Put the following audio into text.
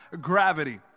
gravity